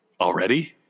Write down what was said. already